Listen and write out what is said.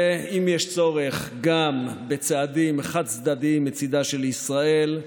ואם יש צורך גם בצעדים חד-צדדיים מצידה של ישראל,